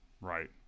Right